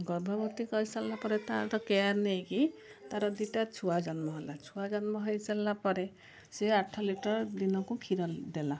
ଗର୍ଭବତୀ କରିସାରିଲା ପରେ ତାର କେୟାର ନେଇକି ତାର ଦୁଇଟା ଛୁଆ ଜନ୍ମ ହେଲା ଛୁଆ ଜନ୍ମ ହୋଇସାରିଲା ପରେ ସେ ଆଠ ଲିଟର ଦିନକୁ କ୍ଷୀର ଦେଲା